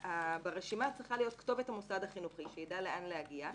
ברשימה צריכה להיות כתובת המוסד החינוכי כדי שיידע לאן להגיע,